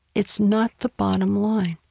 it's not the bottom line.